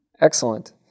Excellent